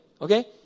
Okay